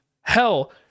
hell